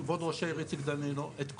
כבוד ראש העיר יוסי דנינו, את כל,